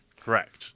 Correct